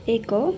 ଏକ